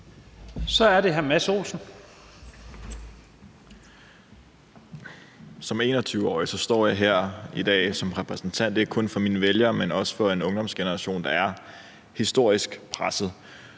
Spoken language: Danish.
Som 21-årig står jeg her i dag som repræsentant ikke kun for mine vælgere, men også for en ungdomsgeneration, der er historisk presset,